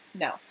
no